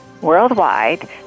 worldwide